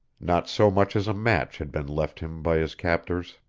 not so much as a match had been left him by his captors.